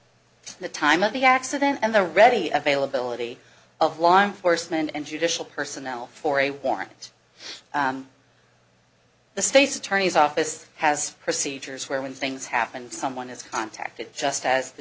the time of the accident and the ready availability of law enforcement and judicial personnel for a warrant the state's attorney's office has procedures where when things happen someone is contacted just as the